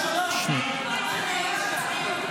של חברי הכנסת אלי דלל וקטי קטרין שטרית,